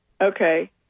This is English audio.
Okay